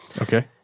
Okay